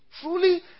truly